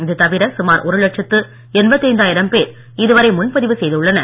இதுதவிர சுமார் ஒரு லட்சத்து எண்பத்தைந்தாயிரம் பேர் இதுவரை முன்பதிவு செய்துள்ளனர்